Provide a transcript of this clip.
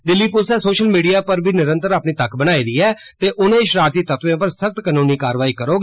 दिल्ली पुलिसै social media पर बी निरंतर अपनी तक्क बनाई दी ऐ ते उनें शरारती तत्वें पर सख्त कनूनी कारवाई करोग